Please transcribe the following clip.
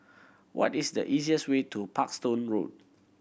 what is the easiest way to Parkstone Road